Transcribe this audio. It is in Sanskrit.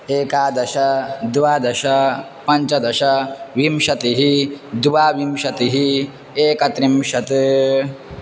एकादश द्वादश पञ्चदश विंशतिः द्वाविंशतिः एकत्रिंशत्